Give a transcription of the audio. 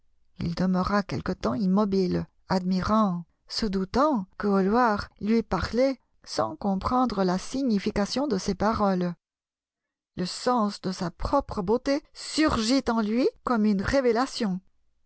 il demeura quelque temps immobile admirant se doutant que hallward lui parlait sans comprendre la signification de ses paroles le sens de sa propre beauté surgit en lui comme une révélation